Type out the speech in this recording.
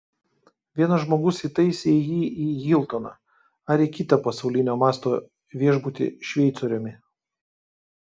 vienas žmogus įtaisė jį į hiltoną ar į kitą pasaulinio masto viešbutį šveicoriumi